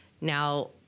now